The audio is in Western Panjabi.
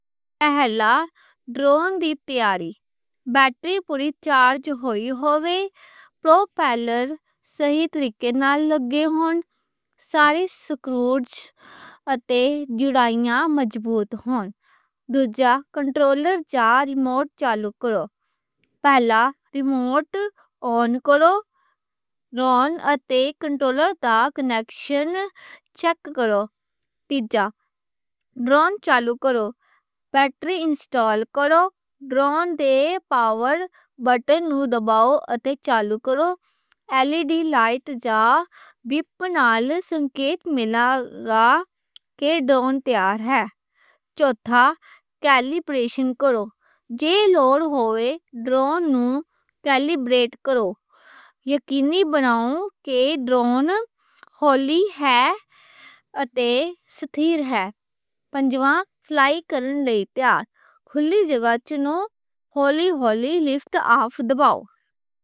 اوّلّا ڈرون دی تیاری، بیٹری پوری چارج ہو جائے، پروپیلر صحیح طریقے نال لگے ہون، سارے سکرو تے جوڑائیاں مضبوط ہون۔ کنٹرولر چارج، ریموٹ آن کرو۔ بیٹری انسٹال کرو۔ ڈرون تے کنٹرولر دا کنکشن چیک کرو۔ آن تے پاور بٹن دباؤ تے ڈرون چالو کرو۔ ایل ای ڈی لائٹ توں سگنل ملے توں پتا لگے کہ ڈرون تیار ہے۔ کیلیبریشن کرو، جے لوڑ ہوئے، ڈرون نوں کیلیبریٹ کرو۔ یقینی بناؤ کہ ڈرون ہولی ہے تے ستھیر ہے۔ فلائی کرنے لئی تیار۔ کھلی جگہ تے ہولی ہولی لفٹ آف کرو۔